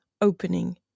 opening